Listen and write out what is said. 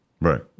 Right